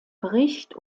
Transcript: bericht